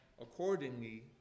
accordingly